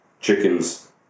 chickens